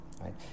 Right